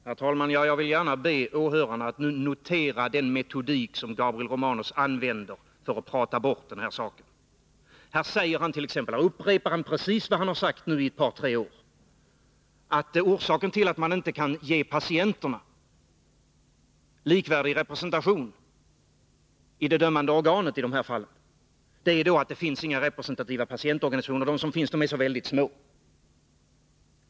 Herr talman! Jag vill gärna be åhörarna att nu notera den metodik som Gabriel Romanus använder för att prata bort den här saken. Han upprepar här precis vad han sagt i ett par-tre år, att orsaken till att man inte kan ge patienterna likvärdig representation i det dömande organet är att det inte finns några representativa patientorganisationer, att de som finns är mycket små.